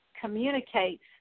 communicates